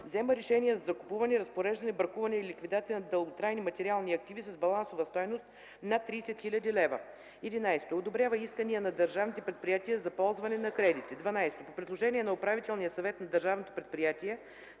взема решения за закупуване, разпореждане, бракуване или ликвидация на дълготрайни материални активи с балансова стойност над 30 000 лв.; 11. одобрява искания на държавните предприятия за ползване на кредити; 12. по предложение на управителния съвет на държавното предприятие